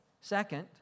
Second